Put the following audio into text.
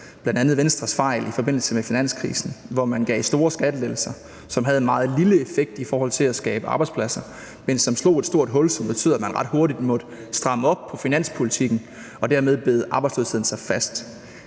bl.a. Venstres fejl i forbindelse med finanskrisen, hvor man gav store skattelettelser, som havde en meget lille effekt i forhold til at skabe arbejdspladser, men som slog et stort hul, som betød, at man ret hurtigt måtte stramme op på finanspolitikken, og dermed bed arbejdsløsheden sig fast.